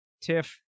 Tiff